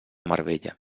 marbella